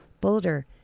Boulder